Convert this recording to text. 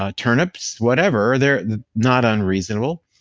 ah turnips, whatever. they're not unreasonable,